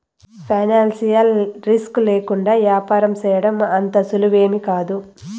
financial risk లేకుండా యాపారం సేయడం అంత సులువేమీకాదు